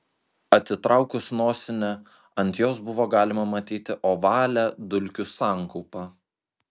atitraukus nosinę ant jos buvo galima matyti ovalią dulkių sankaupą